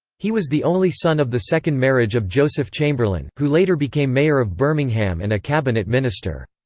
he was the only son of the second marriage of joseph chamberlain, who later became mayor of birmingham and a cabinet minister.